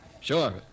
Sure